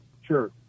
sure